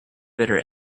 bitter